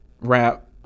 rap